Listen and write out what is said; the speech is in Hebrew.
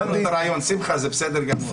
הבנו את הרעיון שמחה, זה בסדר גמור.